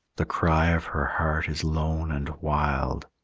the cry of her heart is lone and wild,